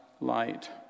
light